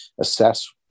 assess